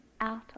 out